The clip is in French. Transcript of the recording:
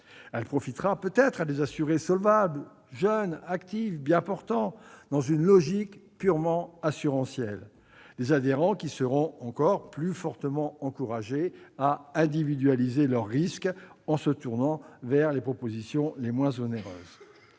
Elle profitera peut-être à des assurés solvables, jeunes, actifs et bien portants, dans une logique purement assurantielle- des adhérents qui seront encore plus fortement encouragés à individualiser leurs risques en se tournant vers les propositions les moins onéreuses.